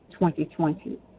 2020